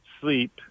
sleep